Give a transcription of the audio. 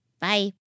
Bye